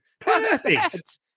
Perfect